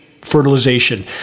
fertilization